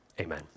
Amen